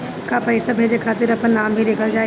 का पैसा भेजे खातिर अपने नाम भी लिकल जाइ?